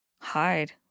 hide